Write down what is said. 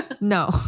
No